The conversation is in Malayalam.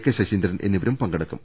കെ ശശീന്ദ്രൻ എന്നിവരും പങ്കെടുക്കും